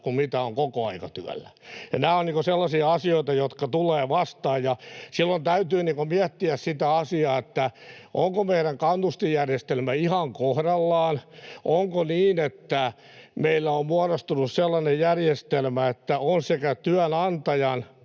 kuin mitä se on kokoaikatyöllä. Nämä ovat sellaisia asioita, jotka tulevat vastaan, ja silloin täytyy miettiä sitä asiaa, onko meidän kannustinjärjestelmä ihan kohdallaan, onko niin, että meillä on muodostunut sellainen järjestelmä, että on sekä työnantajan